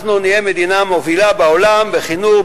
אנחנו נהיה המדינה המובילה בעולם בחינוך,